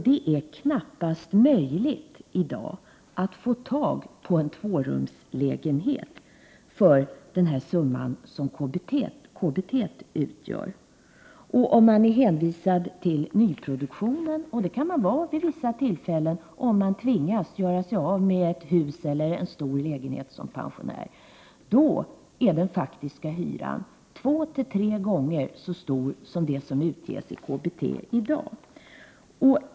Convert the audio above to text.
Det är knappast möjligt i dag att få tag på en tvårumslägenhet till den summa som KBT utgör. Om man är hänvisad till nyproduktion, och det kan man vara vid vissa tillfällen om man tvingas göra sig av med ett hus eller en stor lägenhet som pensionär, då är den faktiska hyran två tre gånger så hög som KBT i dag.